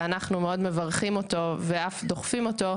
ואנחנו מאוד מברכים ודוחפים אותו,